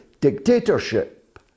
dictatorship